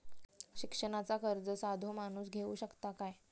शिक्षणाचा कर्ज साधो माणूस घेऊ शकता काय?